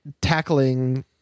tackling